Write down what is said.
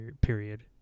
period